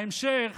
בהמשך